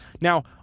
Now